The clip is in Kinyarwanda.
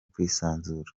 kwisanzura